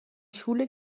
schule